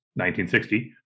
1960